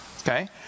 Okay